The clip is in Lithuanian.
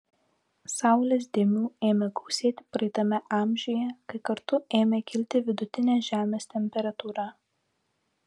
saulės dėmių ėmė gausėti praeitame amžiuje kai kartu ėmė kilti vidutinė žemės temperatūra